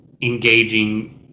engaging